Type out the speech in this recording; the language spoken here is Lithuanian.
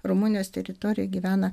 rumunijos teritorijoje gyvena